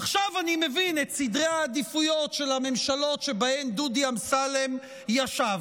עכשיו אני מבין את סדרי העדיפויות של הממשלות שבהן דודי אמסלם ישב.